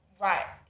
Right